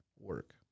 work